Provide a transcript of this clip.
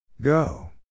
go